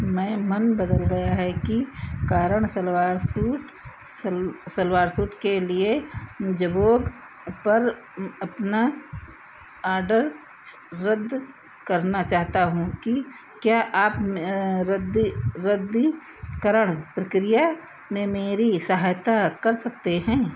मैं मन बदल गया है कि कारण सलवार सूट सल सलवार सूट के लिए जैबोन्ग पर अपना ऑर्डर रद्द करना चाहता हूँ कि क्या आप रद्दी रद्दीकरण प्रक्रिया में मेरी सहायता कर सकते हैं